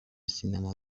سینما